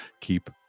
keep